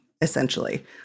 essentially